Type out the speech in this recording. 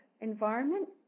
environment